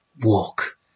walk